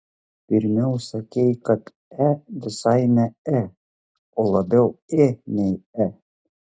pirmiau sakei kad e visai ne e o labiau ė nei e